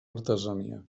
artesania